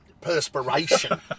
perspiration